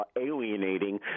alienating